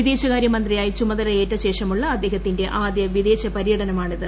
വിദേശകാര്യ മന്ത്രിയായി ചുമതലയേറ്റ ശേഷമുള്ള അദ്ദേഹത്തിന്റെ ആദ്യ വിദേശ പര്യടനമാണിത്